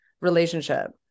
relationship